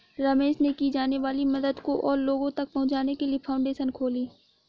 रमेश ने की जाने वाली मदद को और लोगो तक पहुचाने के लिए फाउंडेशन खोली